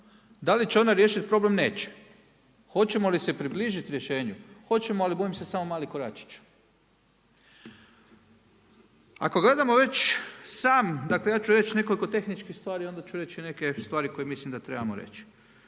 Da li će ona riješit problem? Neće. Hoćemo li se približit rješenju? Hoćemo, ali bojim se samo mali koračić. Ako gledamo već sam, dakle ja ću reći nekoliko tehničkih stvari, onda ću reći neke stvari koje mislim da trebamo reći.